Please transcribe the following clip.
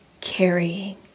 carrying